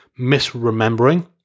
misremembering